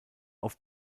auf